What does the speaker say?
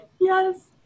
Yes